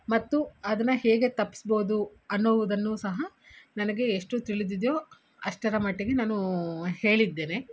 ಮತ್ತು ಅದನ್ನು ಹೇಗೆ ತಪ್ಪಿಸ್ಬೋದು ಅನ್ನೋದನ್ನು ಸಹ ನನಗೆ ಎಷ್ಟು ತಿಳಿದಿದೆಯೋ ಅಷ್ಟರ ಮಟ್ಟಿಗೆ ನಾನು ಹೇಳಿದ್ದೇನೆ